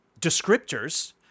descriptors